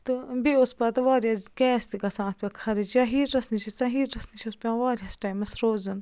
تہٕ بیٚیہِ اوس پَتہٕ واریاہ گیس تہِ گژھان اَتھ پٮ۪ٹھ خرٕچ یا ہیٖٹرَس نِش أسۍ ہیٖٹرَس نِش اوس پیٚوان واریاہَس ٹایمَس روزُن